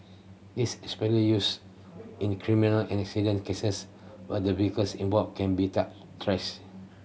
this especially use in the criminal and accident cases where the vehicles involved can be traced